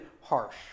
harsh